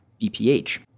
BPH